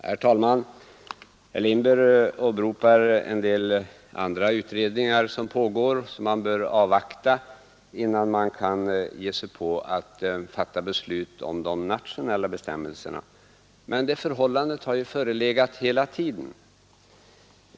Herr talman! Herr Lindberg åberopar en del utredningar som pågår och vars resultat man bör avvakta innan man kan fatta beslut om de nationella bestämmelserna. Men förhållandena har ju hela tiden varit desamma.